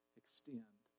extend